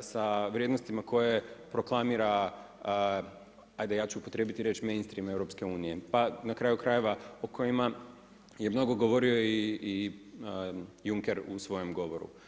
sa vrijednostima koje proklamira hajde ja ću upotrijebiti riječ main stream EU, pa na kraju krajeva o kojima je mnogo govorio i Juncker u svojem govoru.